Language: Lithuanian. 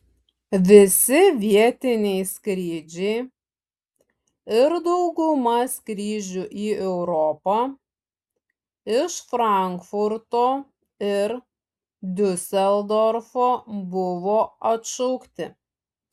visi vietiniai skrydžiai ir dauguma skrydžių į europą iš frankfurto ir diuseldorfo buvo atšaukti